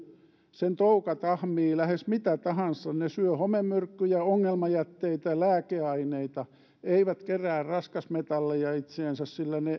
sen toukat ahmivat lähes mitä tahansa ne syövät homemyrkkyjä ongelmajätteitä lääkeaineita eivätkä kerää raskasmetalleja itseensä sillä